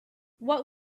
what